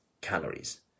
calories